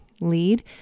lead